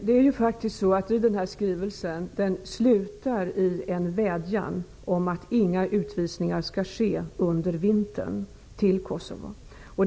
Fru talman! Flyktingkommissariens skrivelse avslutas med en vädjan om att inga utvisningar till Kosovo skall ske under vintern.